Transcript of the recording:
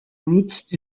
roots